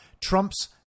Trump's